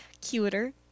Cuter